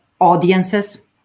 audiences